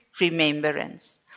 remembrance